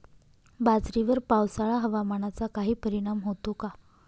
बाजरीवर पावसाळा हवामानाचा काही परिणाम होतो का?